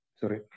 sorry